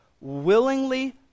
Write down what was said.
willingly